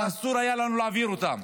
-- ואסור היה לנו להעביר אותם.